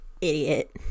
idiot